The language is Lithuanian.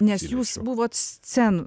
nes jūs buvot sceno